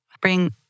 bring